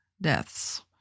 deaths